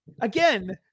again